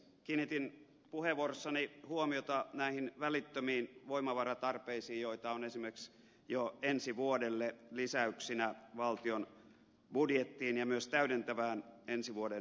kiinnitin puheenvuorossani huomiota välittömiin voimavaratarpeisiin joita on esimerkiksi jo ensi vuodelle lisäyksinä valtion budjettiin ja myös täydentävään ensi vuoden budjettiesitykseen